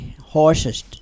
horses